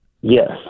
Yes